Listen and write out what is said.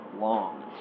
long